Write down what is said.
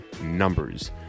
numbers